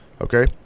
okay